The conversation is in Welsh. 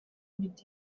mynd